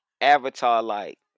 avatar-like